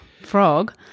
frog